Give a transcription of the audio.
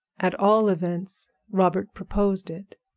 at all events robert proposed it,